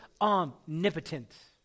omnipotent